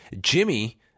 Jimmy